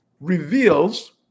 reveals